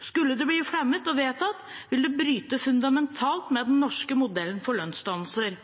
Skulle det bli fremmet og vedtatt, vil det bryte fundamentalt med den norske modellen for lønnsdannelser.